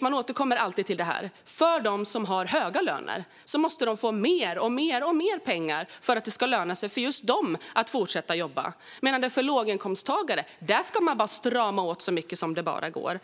Man återkommer alltid till detta. De som har höga löner måste få mer och mer pengar för att det ska löna sig för just dem att fortsätta jobba. För låginkomsttagare ska man däremot strama åt så mycket som det bara går.